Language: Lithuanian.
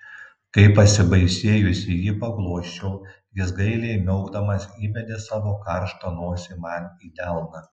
kai pasibaisėjusi jį paglosčiau jis gailiai miaukdamas įbedė savo karštą nosį man į delną